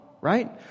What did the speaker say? right